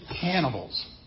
cannibals